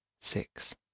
six